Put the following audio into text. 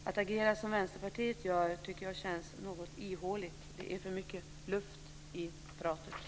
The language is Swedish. Att agera som Vänsterpartiet gör tycker jag känns något ihåligt - det är för mycket luft i pratet.